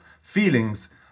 feelings